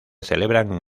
celebran